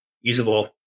usable